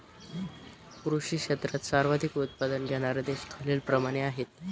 कृषी क्षेत्रात सर्वाधिक उत्पादन घेणारे देश खालीलप्रमाणे आहेत